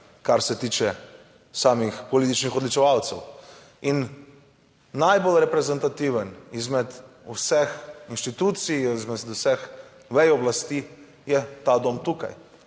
kar se tiče samih političnih odločevalcev. In najbolj reprezentativen izmed vseh inštitucij, izmed vseh vej oblasti je ta dom tukaj.